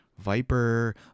Viper